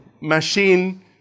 machine